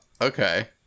Okay